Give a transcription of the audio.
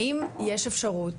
האם יש אפשרות,